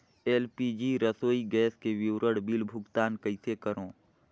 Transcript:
LPG रसोई gas के विवरण बिल भुगतान कइसे करों?